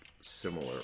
similar